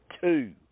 two